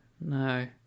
no